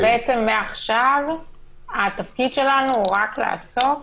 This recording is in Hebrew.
אז מעכשיו התפקיד שלנו הוא רק לעסוק